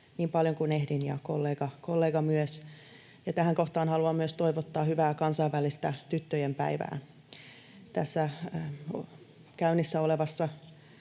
niin paljon kuin ehdin, ja kollega myös. Tähän kohtaan haluan myös toivottaa hyvää kansainvälistä tyttöjen päivää. Tässä Lähi-idässä käynnissä olevassa